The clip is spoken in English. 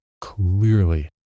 clearly